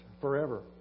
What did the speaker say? forever